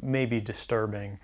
may be disturbing